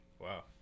Wow